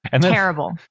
Terrible